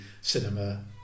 cinema